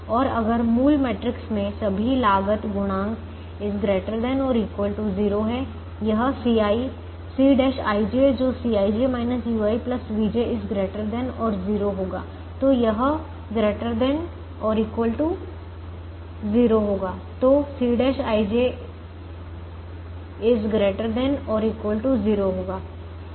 और अगर मूल मैट्रिक्स मे सभी लागत गुणांक ≥ 0 है यह Ci Cꞌijजो Cij ui vj ≥ 0 होगा तो यह ≥ 0 होगा तो Cꞌij≥ 0 होगा